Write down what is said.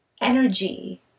energy